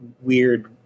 weird